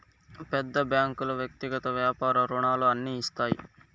పెద్ద బ్యాంకులు వ్యక్తిగత వ్యాపార రుణాలు అన్ని ఇస్తాయి